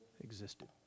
existed